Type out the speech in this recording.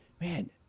man